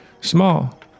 Small